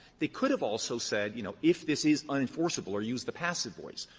they could have also said, you know, if this is unenforceable or used the passive voice.